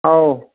ꯑꯧ